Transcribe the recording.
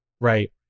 right